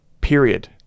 period